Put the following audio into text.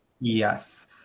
yes